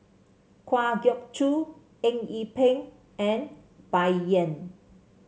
Kwa Geok Choo Eng Yee Peng and Bai Yan